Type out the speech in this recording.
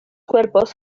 cuerpos